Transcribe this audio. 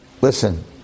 listen